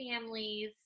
families